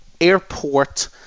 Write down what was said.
airport